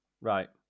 Right